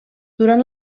durant